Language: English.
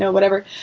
whatever.